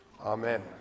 Amen